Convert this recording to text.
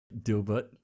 Dilbert